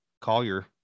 Collier